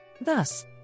Thus